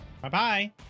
Bye-bye